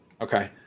okay